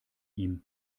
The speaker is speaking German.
ihm